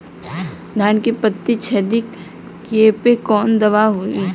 धान के पत्ती छेदक कियेपे कवन दवाई होई?